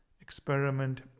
experiment